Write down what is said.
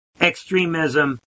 Extremism